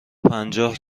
پنجاه